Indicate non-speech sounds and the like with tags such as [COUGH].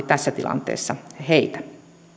[UNINTELLIGIBLE] tässä tilanteessa heitä